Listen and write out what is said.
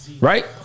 Right